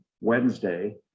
Wednesday